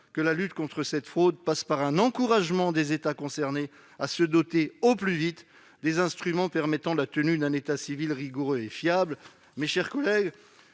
que la lutte contre cette fraude passe par un encouragement des États concernés à se doter au plus vite des instruments permettant la tenue d'un état civil rigoureux et fiable. Mes chers collègues,